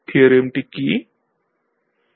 থিওরেমটি কী